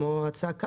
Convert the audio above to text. כמו ההצעה כאן,